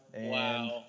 Wow